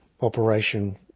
operation